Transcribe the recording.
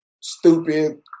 stupid